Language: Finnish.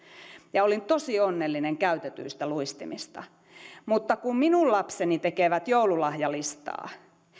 ja olin tosi onnellinen käytetyistä luistimista mutta kun minun lapseni tekevät joululahjalistaa